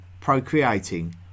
procreating